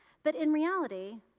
but in reality,